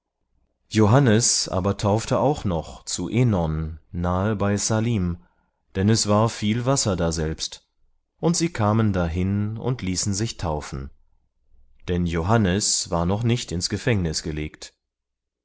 johannes aber taufte auch noch zu enon nahe bei salim denn es war viel wasser daselbst und sie kamen dahin und ließen sich taufen denn johannes war noch nicht ins gefängnis gelegt